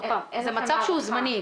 זה מצב שהוא זמני.